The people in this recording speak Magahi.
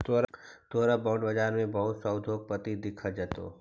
तोरा बॉन्ड बाजार में बहुत से उद्योगपति दिख जतो